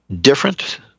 different